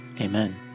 amen